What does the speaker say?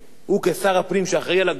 שאחראי לגבולות של מדינת ישראל,